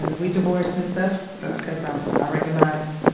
ah we divorced and stuff cause i was, i recognized,